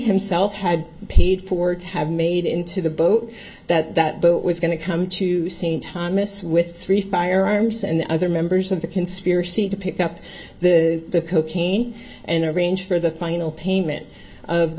himself had paid for to have made into the boat that that boat was going to come to scene thomas with three firearms and other members of the conspiracy to pick up the cocaine and arrange for the final payment of the